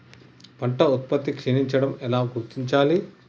పంట ఉత్పత్తి క్షీణించడం ఎలా గుర్తించాలి?